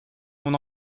mon